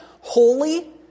holy